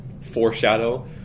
foreshadow